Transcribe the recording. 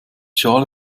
schale